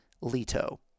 Leto